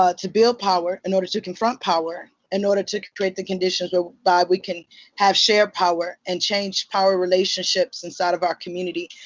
ah to build power. in order to confront power. in order to create the conditions whereby we can have shared power and change power relationships inside of our community.